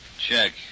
Check